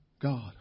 God